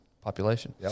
population